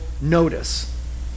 notice